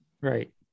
Right